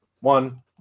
one